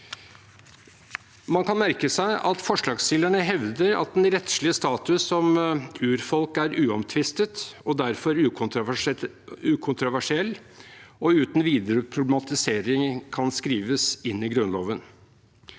Man kan merke seg at forslagsstillerne hevder at den rettslige status som urfolk er uomtvistet og derfor ukontroversiell – og uten videre problematisering kan skrives inn i Grunnloven.